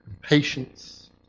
patience